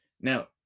Now